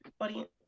audience